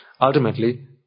Ultimately